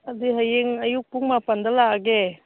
ꯑꯗꯨꯗꯤ ꯍꯦꯌꯡ ꯑꯌꯨꯛ ꯄꯨꯡ ꯃꯥꯥꯄꯜꯗ ꯂꯥꯛꯑꯒꯦ